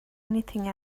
anything